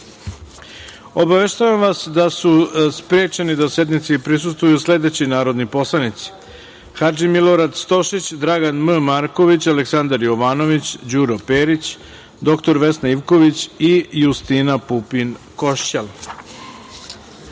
skupštine. Obaveštavam vas da su sprečeni da sednici prisustvuju sledeći narodni poslanici: